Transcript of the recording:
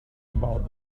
about